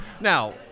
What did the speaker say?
now